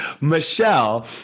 Michelle